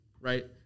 right